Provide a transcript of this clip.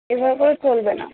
এভাবেও চলবে না